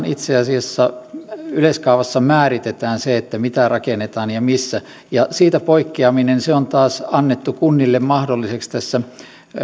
itse asiassa määritetään se mitä rakennetaan ja missä ja siitä poikkeaminen on taas annettu kunnille mahdolliseksi tässä